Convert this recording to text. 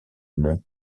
mon